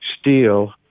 steel